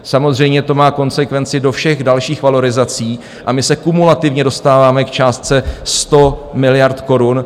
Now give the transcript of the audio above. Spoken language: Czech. Samozřejmě to má konsekvenci do všech dalších valorizací a my se kumulativně dostáváme k částce 100 miliard korun.